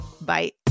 Bye